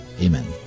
Amen